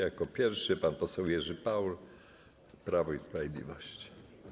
Jako pierwszy pan poseł Jerzy Paul, Prawo i Sprawiedliwość.